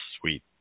sweet